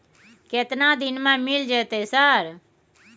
केतना दिन में मिल जयते सर?